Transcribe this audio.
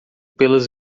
pelas